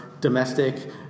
Domestic